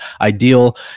ideal